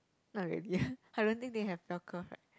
not really I don't think they have bell curve right